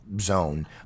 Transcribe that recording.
zone